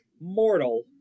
mortal